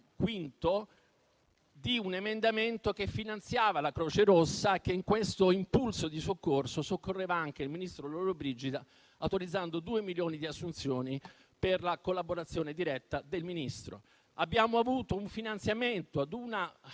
quinto - di un emendamento che finanziava la Croce Rossa, e che in questo impulso di soccorso soccorreva anche il ministro Lollobrigida, autorizzando 2 milioni di assunzioni per la collaborazione diretta del Ministro. Abbiamo avuto un finanziamento a una